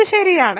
ഇത് ശരിയാണ്